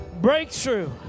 breakthrough